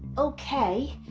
okay.